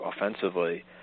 offensively